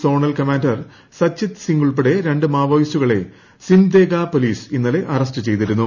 zonal commander Sachit സിങ്ങുൾപ്പെടെ രണ്ട് മാവോയിസ്റ്റുകളെ സിംദേഗ പൊലീസ് ഇന്നലെ അറ്സ്റ്റ് ചെയ്തിരുന്നു